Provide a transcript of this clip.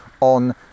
on